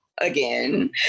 again